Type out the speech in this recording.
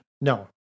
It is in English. no